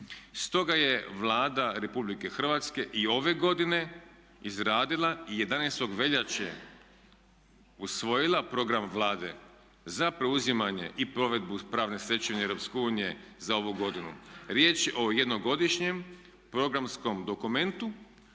Stoga je Vlada Republike Hrvatske i ove godine izradila i 11. veljače usvojila program Vlade za preuzimanje i provedbu pravne stečevine Europske unije za ovu godinu. Riječ je o jednogodišnjem programskom dokumentu